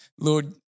Lord